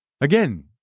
Again